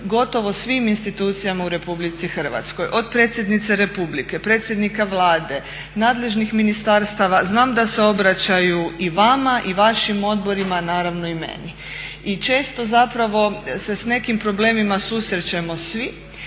gotovo svim institucijama u RH, od predsjednice Republike, predsjednika Vlade, nadležnih ministarstava, znam da se obraćaju i vama i vašim odborima, naravno i meni. I često zapravo se s nekim problemima susrećemo svi